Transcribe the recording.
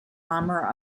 arima